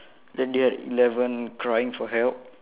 then they had eleven crying for help